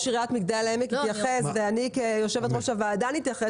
עיריית מגדל העמק יתייחס ואני כיושבת ראש הוועדה נתייחס,